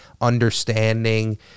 understanding